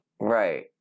Right